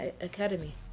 academy